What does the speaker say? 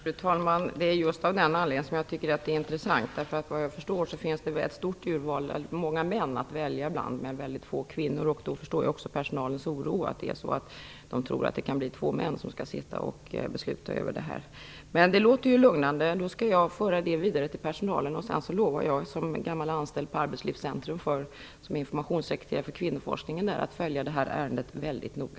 Fru talman! Just av den anledningen tycker jag att detta är intressant. Såvitt jag förstår finns det många män och väldigt få kvinnor att välja mellan. Jag förstår då personalens oro när man tror att det kan bli två män som skall besluta över det här. Detta låter lugnande. Jag skall föra det vidare till personalen. Som gammal informationssekreterare vid kvinnoforskningen på Arbetslivscentrum lovar jag att följa detta ärende väldigt noga.